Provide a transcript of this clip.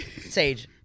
sage